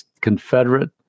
Confederate